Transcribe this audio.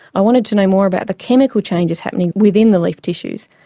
i wanted to know more about the chemical changes happening within the leaf tissues.